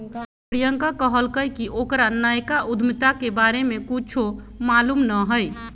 प्रियंका कहलकई कि ओकरा नयका उधमिता के बारे में कुछो मालूम न हई